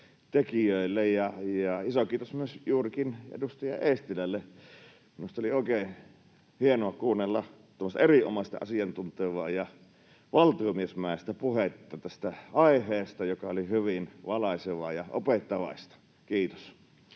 tekijöille ja iso kiitos myös juurikin edustaja Eestilälle. Minusta oli oikein hienoa kuunnella tästä aiheesta tuommoista erinomaista, asiantuntevaa ja valtiomiesmäistä puhetta, joka oli hyvin valaisevaa ja opettavaista. — Kiitos.